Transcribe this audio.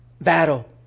Battle